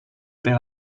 per